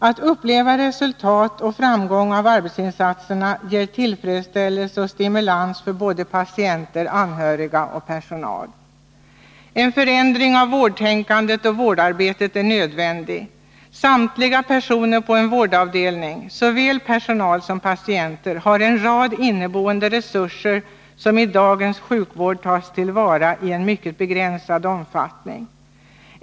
Att uppleva resultat och framgång av arbetsinsatserna ger tillfredsställelse och stimulans för såväl patienter och anhöriga som personal. En förändring av vårdtänkandet och vårdarbetet är nödvändig. Samtliga personer på en vårdavdelning, såväl personal som patienter, har en rad inneboende resurser, som i dagens sjukvård tas till vara i mycket begränsad omfattning.